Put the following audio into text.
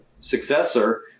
successor